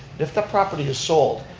if that property is sold,